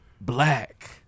black